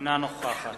אינה נוכחת